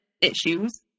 issues